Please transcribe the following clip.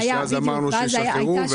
שאז אמרנו שישחררו.